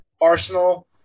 Arsenal